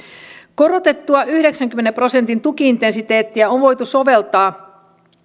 korotettua yhdeksänkymmenen prosentin tuki intensiteettiä on voitu soveltaa